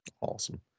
awesome